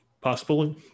possible